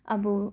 अब